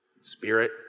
spirit